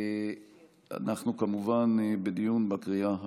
אנחנו כמובן בדיון לקריאה הראשונה.